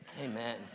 amen